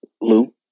Lou